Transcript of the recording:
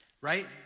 right